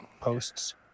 posts